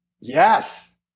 yes